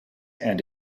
and